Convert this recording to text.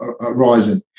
arising